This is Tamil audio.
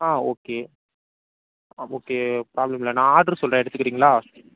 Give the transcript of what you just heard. ஆ ஓகே ஆ ஓகே ப்ராப்ளம் இல்லை நான் ஆடர் சொல்கிறேன் எடுத்துக்கிறீங்களா